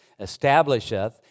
Establisheth